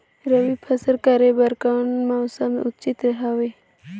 रबी फसल करे बर कोन मौसम उचित हवे?